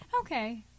Okay